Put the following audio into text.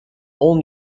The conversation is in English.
all